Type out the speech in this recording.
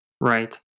Right